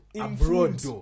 Abroad